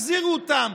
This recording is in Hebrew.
החזירו אותם,